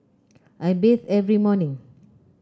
I bathe every morning